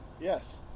yes